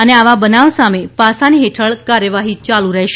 અને આવા બનાવ સામે પાસાની હેઠળ કાર્યવાહી યાલુ રહેશે